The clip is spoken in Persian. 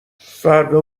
فردا